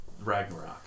Ragnarok